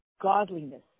godliness